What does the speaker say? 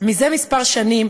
"זה מספר שנים,